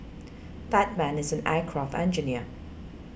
that man is an aircraft engineer